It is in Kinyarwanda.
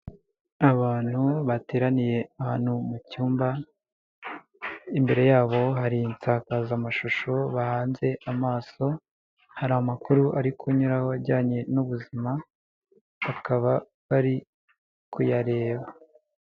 Abantu bateraniye ahantu mu cyumba, imbere yabo hari isakazamashusho bahanze amaso, hari amakuru ari kunyuraho ajyanye n'ubuzima bakaba bari kuyareba.